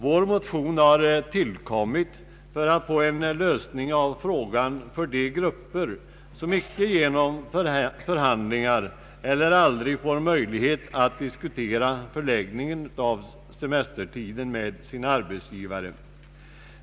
Vår motion har tillkommit för att få en lösning av frågan för de grupper som icke genom förhandlingar eller på annat sätt får möjlighet att diskutera förläggningen av semestertiden med sin arbetsgivare.